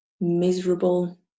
miserable